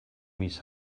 mis